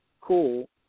cool